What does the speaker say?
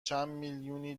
چندمیلیونی